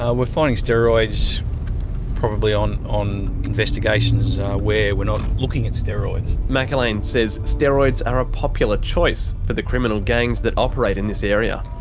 ah we're finding steroids probably on on investigations where we're not looking at steroids. mcerlain says steroids are a popular choice for the criminal gangs that operate in this area.